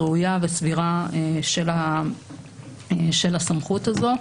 ראויה וסבירה של הסמכות הזאת.